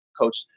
Coach